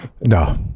no